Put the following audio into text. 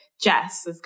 Jess